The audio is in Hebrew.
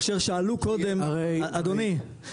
אדוני,